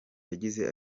yagize